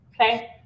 Okay